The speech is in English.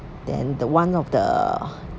then the one of the